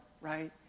right